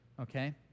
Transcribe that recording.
okay